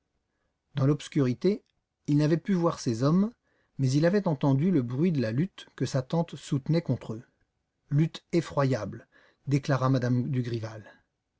dans l'obscurité il n'avait pu voir ces hommes mais il avait entendu le bruit de la lutte que sa tante soutenait contre eux lutte effroyable déclara m me